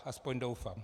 Aspoň doufám.